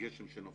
גשם שנופל,